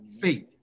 Faith